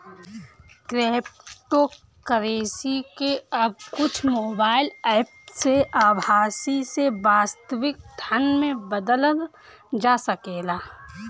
cryptocurrency के अब कुछ मोबाईल एप्प से आभासी से वास्तविक धन में बदलल जा सकेला